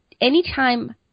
anytime